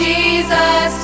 Jesus